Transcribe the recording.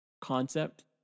concept